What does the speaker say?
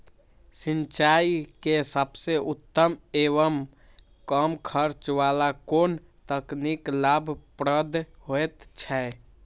सिंचाई के सबसे उत्तम एवं कम खर्च वाला कोन तकनीक लाभप्रद होयत छै?